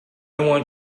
want